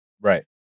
Right